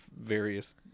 various